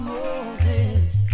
Moses